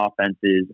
offenses